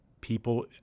people